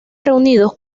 reunidos